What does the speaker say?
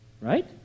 right